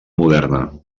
moderna